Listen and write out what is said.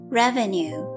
revenue